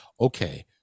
okay